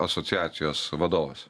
asociacijos vadovas